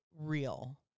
real